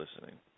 listening